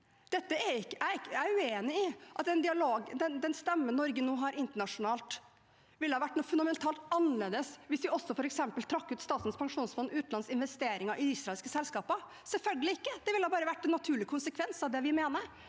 Jeg er uenig i at den stemmen Norge nå har internasjonalt, ville vært fundamentalt annerledes hvis vi også f.eks. trakk ut Statens pensjonsfond utlands investeringer i israelske selskaper. Selvfølgelig ikke, det ville bare vært en naturlig konsekvens av det vi mener.